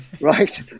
right